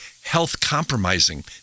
health-compromising